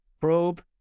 probe